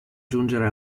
giungere